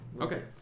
Okay